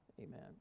Amen